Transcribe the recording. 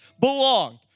belonged